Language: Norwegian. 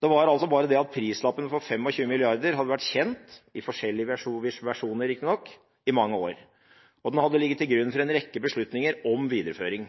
Det var altså bare det at prislappen på 25 mrd. kr hadde vært kjent – i forskjellige versjoner riktignok – i mange år, og den hadde ligget til grunn for en rekke beslutninger om videreføring.